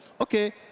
Okay